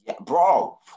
Bro